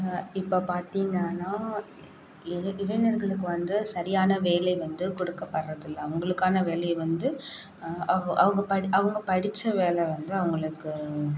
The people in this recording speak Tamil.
இப்போ பார்த்தீங்கன்னா இளை இளைஞர்களுக்கு வந்து சரியான வேலை வந்து கொடுக்கப்பட்றது இல்லை அவர்களுக்கான வேலை வந்து அவ் அவ் அவங்க படி அவங்க படித்த வேலை வந்து அவங்களுக்கு